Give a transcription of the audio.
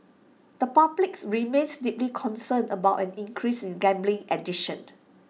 the public's remains deeply concerned about an increase in gambling addiction